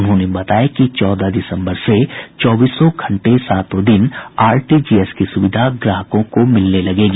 उन्होंने बताया कि चौदह दिसंबर से चौबीसों घंटे सातों दिन आरटीजीएस की सुविधा ग्राहकों को मिलने लगेगी